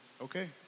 okay